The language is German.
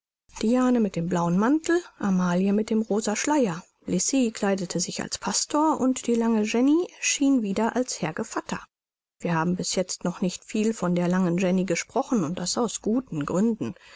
shawl diane mit dem blauen mantel amelie mit dem rosa schleier lisi kleidete sich als pastor und die lange jenny erschien wieder als herr gevatter wir haben bis jetzt noch nicht viel von der langen jenny gesprochen und das aus guten gründen